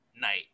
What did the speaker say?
Night